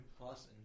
Plus